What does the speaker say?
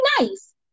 nice